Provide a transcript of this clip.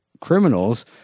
criminals